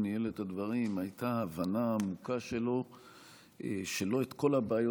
ניהל את הדברים היה ההבנה העמוקה שלו שלא את כל הבעיות